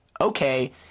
okay